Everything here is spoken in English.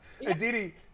Aditi